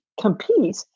compete